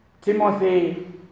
Timothy